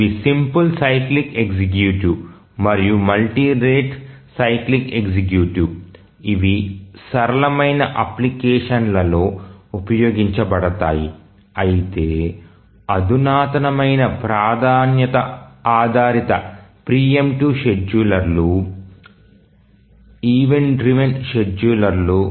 ఇవి simple cyclic executive మరియు multi rate cyclic executive ఇవి సరళమైన అప్లికేషన్లలో ఉపయోగించబడతాయి అయితే అధునాతనమైన ప్రాధాన్యత ఆధారిత ప్రీ ఎమ్ప్టివ్ షెడ్యూలర్లు ఈవెంట్ డ్రివెన్ షెడ్యూలర్లు